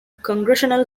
congressional